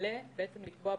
היא גם תפורסם